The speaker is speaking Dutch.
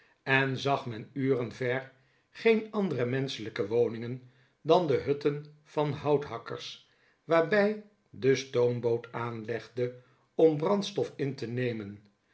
en zag men uren ver geen andere menschelijke woningen dan de hutten van houthakkers waarbij de stoomboot aanlegde om brandstof in te nemen